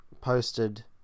posted